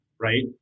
right